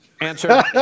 Answer